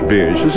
Beers